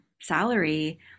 salary